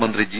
മന്ത്രി ജി